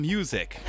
Music